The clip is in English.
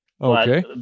Okay